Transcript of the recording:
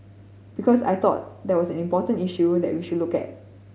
because I thought that was an important issue that we should look at